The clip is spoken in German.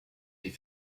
die